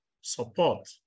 support